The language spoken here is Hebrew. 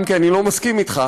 אם כי אני לא מסכים אתך: